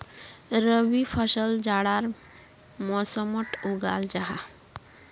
रबी फसल जाड़ार मौसमोट उगाल जाहा